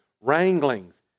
wranglings